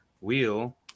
wheel